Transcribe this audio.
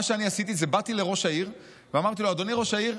מה שאני עשיתי זה שבאתי לראש העיר ואמרתי לו: אדוני ראש העיר,